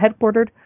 headquartered